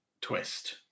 twist